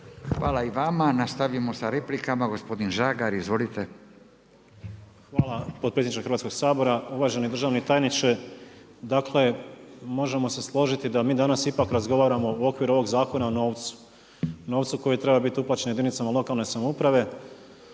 Hvala i vama. Nastavimo sa replikama. Gospodin Žagar, izvolite. **Žagar, Tomislav (Nezavisni)** Hvala potpredsjedniče Hrvatskog sabora, uvaženi državni tajniče. Dakle, možemo se složiti da mi danas ipak razgovaramo u okviru ovog zakona o novcu, o novcu koji treba biti uplaćen jedinicama lokalne samouprave.